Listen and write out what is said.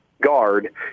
guard